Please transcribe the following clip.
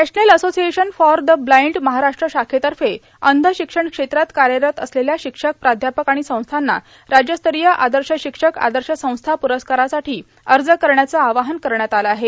national association for the blind Maharashtra शाखेतर्फे अंध शिक्षण क्षेत्रात कार्यरत असलेल्या शिक्षक प्राध्यापक आणि संस्थांना राज्यस्तरीय आदर्श शिक्षक आदर्श संस्था प्रस्कारासाठी अर्ज करण्याचं आवाहन करण्यात आलं आहे